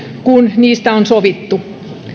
kun niistä on sovittu